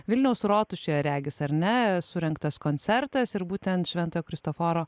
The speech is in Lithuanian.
vilniaus rotušėje regis ar ne surengtas koncertas ir būtent šventojo kristoforo